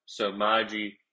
Somaji